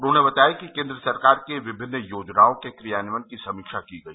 उन्होंने बताया कि केंद्र सरकार की विभिन्न योजनाओं के क्रियान्वयन की समीक्षा की गई